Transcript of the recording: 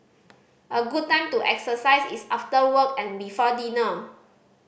a good time to exercise is after work and before dinner